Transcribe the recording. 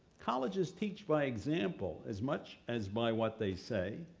colleges teach by example as much as by what they say,